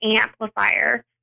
amplifier